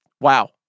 wow